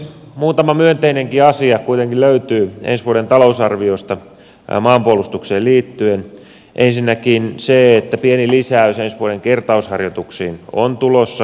muutama myönteinenkin asia kuitenkin löytyy ensi vuoden talousarviosta maanpuolustukseen liittyen ensinnäkin se että pieni lisäys ensi vuoden kertausharjoituksiin on tulossa